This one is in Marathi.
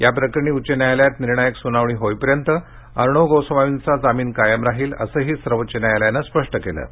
याप्रकरणी उच्च न्यायालयात निर्णायक सुनावणी होईपर्यंत अर्णव गोस्वामींचा जामीन कायम राहील असेही सर्वोच्च न्यायालयानं स्पष्ट केलं आहे